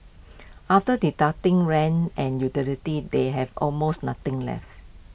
after deducting rent and utilities they have almost nothing left